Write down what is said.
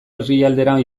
herrialdera